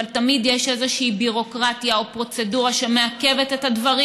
אבל תמיד יש איזושהי ביורוקרטיה או פרוצדורה שמעכבת את הדברים.